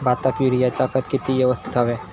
भाताक युरियाचा खत किती यवस्तित हव्या?